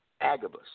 Agabus